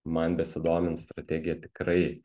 man besidomint strategija tikrai